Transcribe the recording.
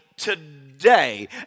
today